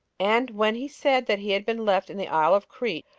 and when he said that he had been left in the isle of crete,